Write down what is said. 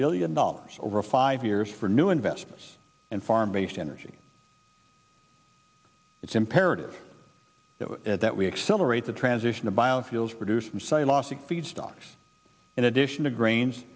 billion dollars over five years for new investments and farm based energy it's imperative that we accelerate the transition to biofuels produce from say last feed stocks in addition to grains